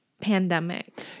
Pandemic